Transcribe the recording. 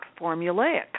formulaic